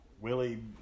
Willie